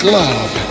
love